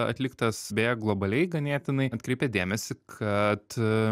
atliktas beje globaliai ganėtinai atkreipia dėmesį kad